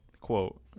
quote